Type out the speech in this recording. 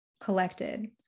collected